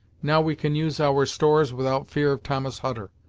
now we can use our stores without fear of thomas hutter,